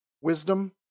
wisdom